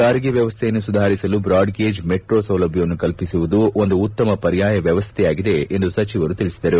ಸಾರಿಗೆ ವ್ಯವಸ್ಥೆಯನ್ನು ಸುಧಾರಿಸಲು ಬ್ರಾಡ್ಗೇಜ್ ಮೆಟ್ರೋ ಸೌಲಭ್ಯವನ್ನು ಕಲ್ಪಿಸುವುದು ಒಂದು ಉತ್ತಮ ಪರ್ಯಾಯ ವ್ಯವಸ್ಥೆಯಾಗಲಿದೆ ಎಂದು ಸಚಿವರು ತಿಳಿಸಿದರು